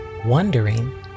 wondering